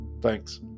Thanks